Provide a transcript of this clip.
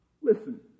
Listen